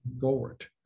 forward